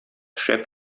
шәп